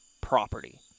property